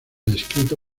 descrito